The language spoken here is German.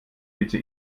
bitte